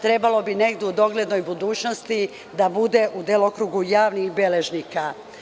Trebalo bi negde u doglednoj budućnosti da bude u delokrugu javnih beležnika.